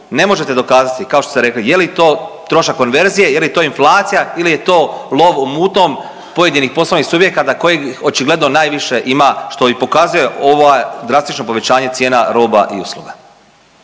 ne možete dokazati kao što ste rekli je li to trošak konverzije, je li to inflacija ili je to lov u mutnom pojedinih poslovnih subjekata kojih očigledno ima što i pokazuje ovo drastično povećanje cijena roba i usluga.